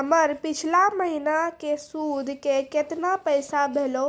हमर पिछला महीने के सुध के केतना पैसा भेलौ?